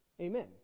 amen